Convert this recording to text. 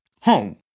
home